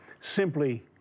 Simply